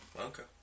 Okay